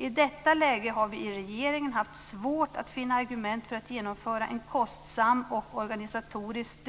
I detta läge har vi i regeringen haft svårt att finna argument för att genomföra en kostsam och organisatoriskt